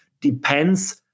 depends